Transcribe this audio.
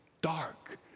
dark